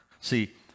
See